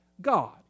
God